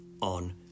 on